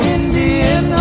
Indian